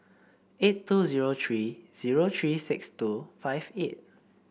eight two zero three zero three six two five eight